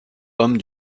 homme